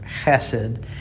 chesed